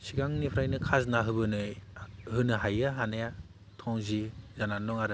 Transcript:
सिगांनिफ्रायनो खाजोना होबोनो होनो हायो हानाया थंजि जानानै दङ आरो